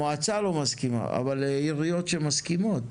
המועצה לא מסכימה , אבל העיריות שמסכימות.